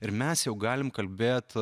ir mes jau galim kalbėt